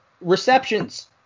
receptions